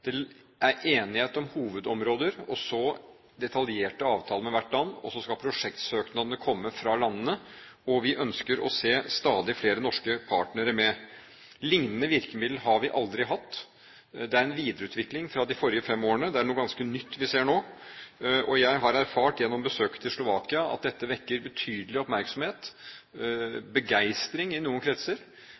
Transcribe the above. det er enighet om hovedområder, så detaljerte avtaler med hvert land, og så skal prosjektsøknadene komme fra landene, og vi ønsker å se stadig flere norske partnere med. Lignende virkemiddel har vi aldri hatt. Det er en videreutvikling fra de forrige fem årene. Det er noe ganske nytt vi ser nå, og jeg har erfart gjennom besøket til Slovakia at dette vekker betydelig oppmerksomhet – begeistring i noen kretser